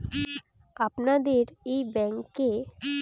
আপনাদের এই ব্রাঞ্চে মোবাইল ব্যাংকের সুবিধে আছে?